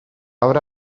obra